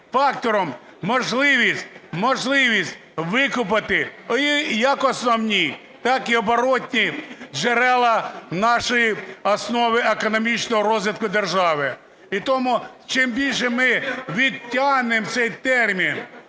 фактором можливість викупити як основні, так і оборотні джерела нашої основи економічного розвитку держави. І тому чим більше ми відтягнемо цей термін,